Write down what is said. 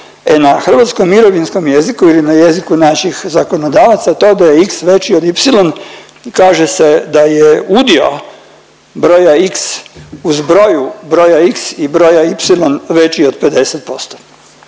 E na hrvatskom mirovinskom jeziku ili na jeziku naših zakonodavaca to da je x veći od y kaže se da je udio broja x u zbroju broja x i broja y veći od 50%.